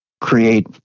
create